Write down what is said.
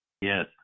Yes